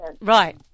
Right